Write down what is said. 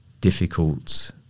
difficult